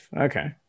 Okay